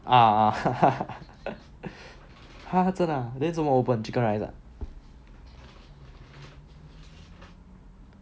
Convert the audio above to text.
uh then 什么 open chicken rice ah